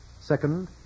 Second